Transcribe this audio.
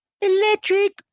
electric